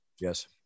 Yes